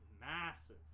massive